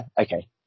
okay